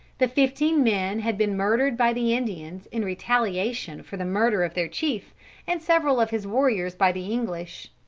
the fifteen men had been murdered by the indians in retaliation for the murder of their chief and several of his warriors by the english.